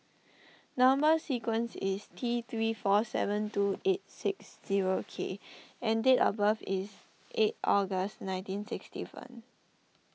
Number Sequence is T three four seven two eight six zero K and date of birth is eight August nineteen sixty one